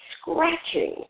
scratching